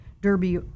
Derby